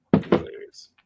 hilarious